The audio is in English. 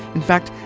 in fact,